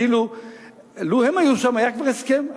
כאילו לו הם היו שם היה כבר הסכם.